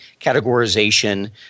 categorization